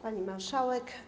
Pani Marszałek!